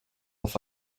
auf